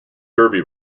derby